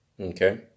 Okay